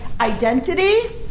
Identity